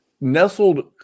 nestled